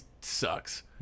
sucks